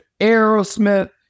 Aerosmith